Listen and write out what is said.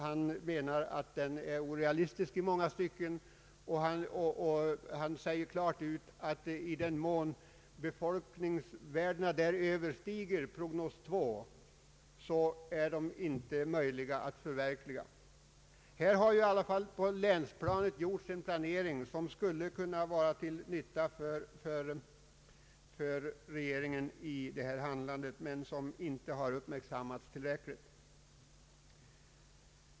Han anser att den är orealistisk i många stycken och säger klart ut att i den mån befolkningsvärdena överstiger dem " prognos 2 går de inte att förverkliga. Man har således på länsplanet gjort en planering som skulle kunna vara till nytta för regeringen i dess målsättningsarbete, men den har inte utnyttjats tillräckligt.